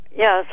yes